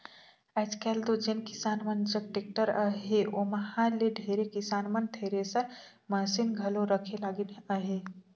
आएज काएल दो जेन किसान मन जग टेक्टर अहे ओमहा ले ढेरे किसान मन थेरेसर मसीन घलो रखे लगिन अहे